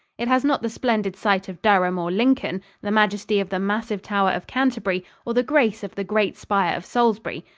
it has not the splendid site of durham or lincoln, the majesty of the massive tower of canterbury, or the grace of the great spire of salisbury.